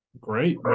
Great